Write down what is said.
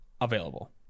available